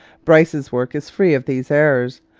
bryce's work is free of these errors,